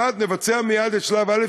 1. נבצע מייד את שלב א',